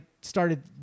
started